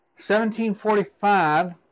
1745